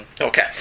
Okay